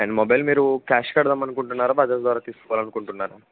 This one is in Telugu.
అండ్ మొబైల్ మీరు క్యాష్ కడదామని అనుకుంటున్నారా బజాజ్ ద్వారా తీసుకోవాలని అనుకుంటున్నారా